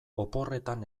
oporretan